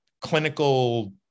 clinical